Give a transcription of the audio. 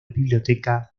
biblioteca